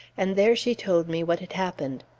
and there she told me what had happened.